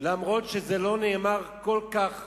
אף-על-פי שזה לא נאמר כל כך